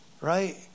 right